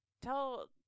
tell